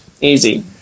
Easy